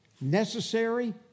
necessary